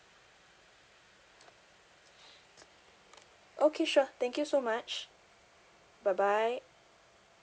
okay sure thank you so much bye bye